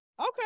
Okay